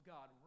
God